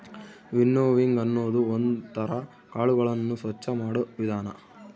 winnowing ಅನ್ನೋದು ಒಂದ್ ತರ ಕಾಳುಗಳನ್ನು ಸ್ವಚ್ಚ ಮಾಡೋ ವಿಧಾನ